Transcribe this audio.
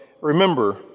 remember